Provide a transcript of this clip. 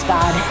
God